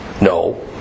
No